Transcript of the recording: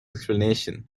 explanation